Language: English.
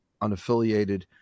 unaffiliated